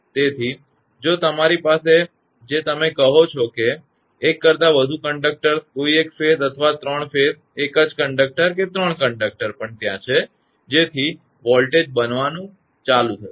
તેથી જો તમારી પાસે જે તમે કહો છો કે એક કરતા વધુ કંડક્ટરસ વાહકો કોઇ એક ફેઝ અથવા ત્રણ ફેઝ એક જ કંડક્ટર કે ત્રણ કંડક્ટર પણ ત્યાં છે જેથી વોલ્ટેજ બનવાનું વધવાનું ચાલુ થશે